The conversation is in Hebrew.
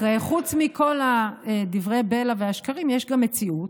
חוץ מכל דברי הבלע והשקרים יש גם מציאות,